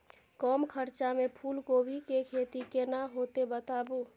कम खर्चा में फूलकोबी के खेती केना होते बताबू?